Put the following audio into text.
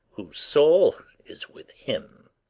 whose soul is with him!